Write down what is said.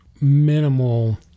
minimal